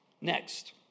Next